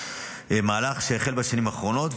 מהלך שהחל בשנים האחרונות,